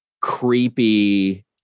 creepy